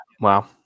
wow